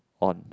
on